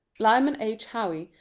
lyman h. howe,